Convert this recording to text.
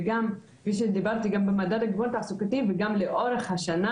גם כפי שדיברתי במדד הגיוון התעסוקתי וגם לאורך השנה,